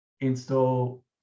install